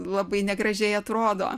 labai negražiai atrodo